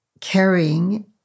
carrying